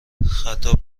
خطاب